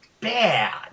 bad